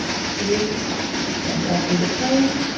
three went out through the toll.